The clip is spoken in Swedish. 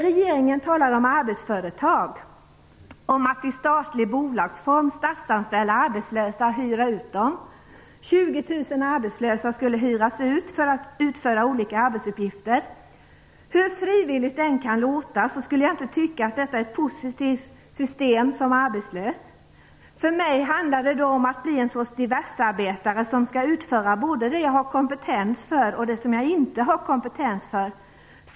Regeringen talar om arbetsföretag, att i statlig bolagsform statsanställa arbetslösa och hyra ut dem. Hur frivilligt det än kan låta, skulle jag som arbetslös inte tycka att detta är ett positivt system. För mig skulle det handla om att bli en sorts diversearbetare som skulle utföra både det som jag har kompetens för och det som jag inte har kompetens för.